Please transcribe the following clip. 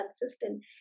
consistent